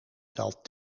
telt